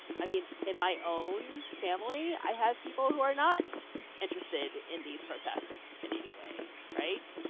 i mean, in my own family, i have people who are not interested in these protests in any way. right?